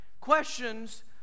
Questions